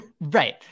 right